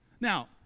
Now